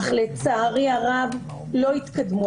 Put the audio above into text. אך לצערי הרב הדברים לא התקדמו,